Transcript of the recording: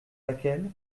laquelle